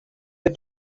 were